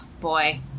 boy